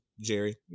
Jerry